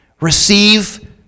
Receive